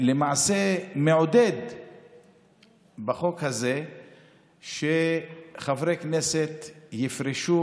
ולמעשה מעודד בחוק הזה שחברי כנסת יפרשו